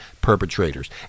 perpetrators